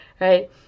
Right